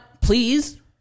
please